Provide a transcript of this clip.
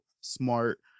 smart